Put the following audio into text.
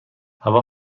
هوا